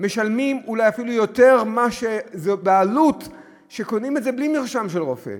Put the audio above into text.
משלמים אולי אפילו יותר מאשר כשקונים את זה בלי מרשם של רופא,